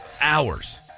hours